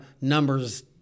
numbers